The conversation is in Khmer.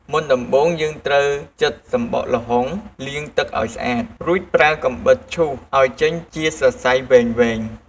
មុនដំបូង យើងត្រូវចិតសម្បកល្ហុង លាងទឹកឲ្យស្អាត រួចប្រើកាំបិតឈូសឲ្យចេញជាសរសៃវែងៗ។